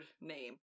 name